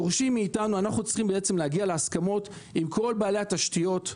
אנו צריכים להגיע להסכמות עם כל בעלי התשתיות.